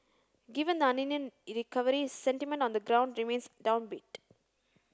given the recovery sentiment on the ground remains downbeat